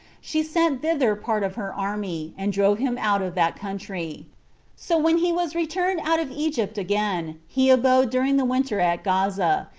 she sent thither part of her army, and drove him out of that country so when he was returned out of egypt again, he abode during the winter at gaza,